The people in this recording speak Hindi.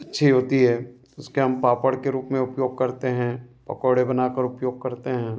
अच्छी होती है उसके हम पापड़ के रूप में उपयोग करते हैं पकौड़े बनाकर उपयोग करते हैं